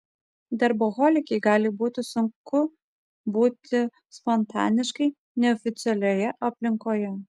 darboholikei gali būti sunku būti spontaniškai neoficialioje aplinkoje